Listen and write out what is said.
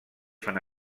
fan